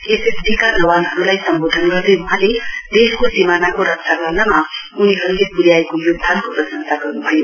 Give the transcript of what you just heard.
S S B का जवानहरूलाई सम्बोधन गर्दै वहाँले देशको सीमानाको रक्षा गर्नमा उनीहरूले पुर्याएको योगदानको प्रशंसा गर्नुभयो